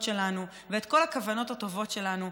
שלנו ואת כל הכוונות הטובות שלנו.